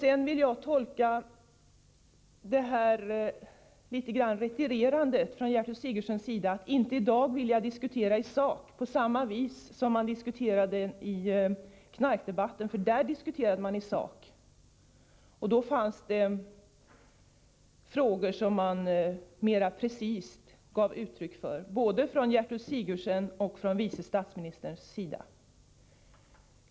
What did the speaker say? Jag vill vidare tolka det så att Gertrud Sigurdsen retirerar när hon i dag inte vill diskutera i sak på samma vis som skedde i knarkdebatten — för där diskuterade man verkligen i sak. Då gav både Gertrud Sigurdsen och vice statsministern mera precist uttryck för uppfattningar i sakfrågor.